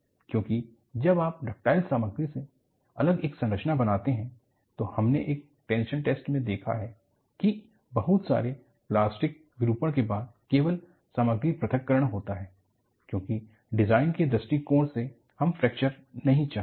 क्योंकि जब आप डक्टाइल सामग्री से अलग एक संरचना बनाते हैं तो हमने एक टेंशन टेस्ट से देखा है कि बहुत सारे प्लास्टिक विरूपण के बाद केवल सामग्री प्रथक्करण होता है क्योंकि डिज़ाइन के दृष्टिकोण से हम फ्रैक्चर नहीं चाहते हैं